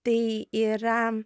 tai yra